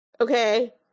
Okay